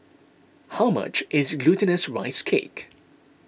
how much is Glutinous Rice Cake